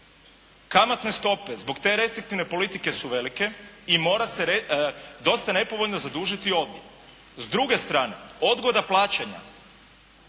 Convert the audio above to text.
Kamatne stope zbog te restriktivne politike su velike i mora se dosta nepovoljno zadužiti ovdje. S druge strane odgoda plaćanja